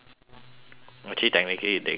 actually technically they can try